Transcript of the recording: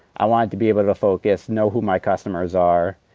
i wanted to be able to focus, know who my customers are,